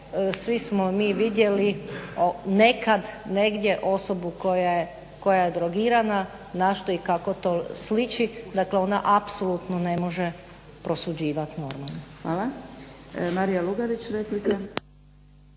Svi smo mi vidjeli nekad negdje osobu koja je drogirana, na što i kako to sliči. Dakle, ona apsolutno ne može prosuđivati normalno.